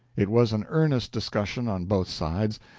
it was an earnest discussion on both sides,